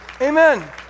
Amen